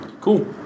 Cool